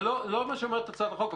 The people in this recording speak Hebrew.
זה לא מה שאומרת הצעת החוק,